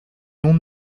non